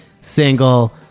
single